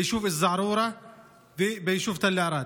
ביישוב א-זערורה וביישוב תל ערד.